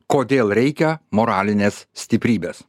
kodėl reikia moralinės stiprybės